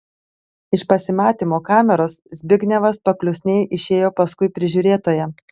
iš pasimatymo kameros zbignevas paklusniai išėjo paskui prižiūrėtoją